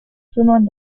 trümmern